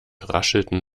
raschelten